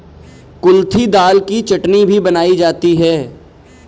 कुल्थी दाल की चटनी भी बनाई जाती है